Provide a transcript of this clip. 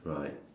right